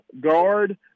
guard